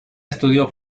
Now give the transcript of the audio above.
estudió